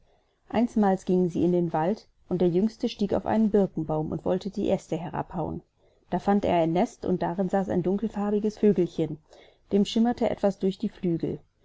einsmals gingen sie in den wald und der jüngste stieg auf einen birkenbaum und wollte die aeste herabhauen da fand er ein nest und darin saß ein dunkelfarbiges vögelchen dem schimmerte etwas durch die flügel